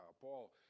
Paul